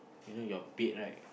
you know your bed right